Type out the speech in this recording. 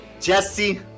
Jesse